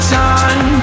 time